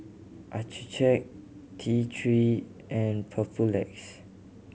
Accucheck T Three and Papulex